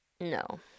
No